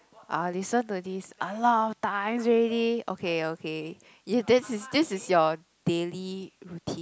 I listen to this a lot of times already okay okay this is this is your daily routine